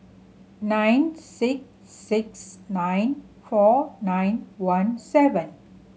nine six six nine four nine one seven